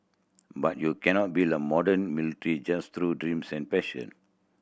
but you cannot build a modern military just through dreams and passion